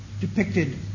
depicted